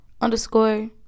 underscore